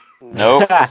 Nope